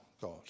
God